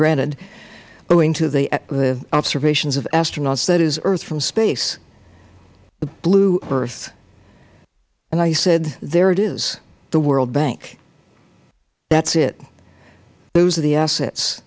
granted owing to the observations of astronauts that is earth from space the blue earth and i said there it is the world bank that is it those are the assets